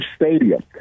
stadium